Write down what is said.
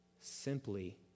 Simply